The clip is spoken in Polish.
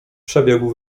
przebiegł